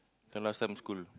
the last time school